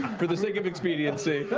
for the sake of expediency,